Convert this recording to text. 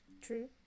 true